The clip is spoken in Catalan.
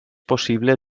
possible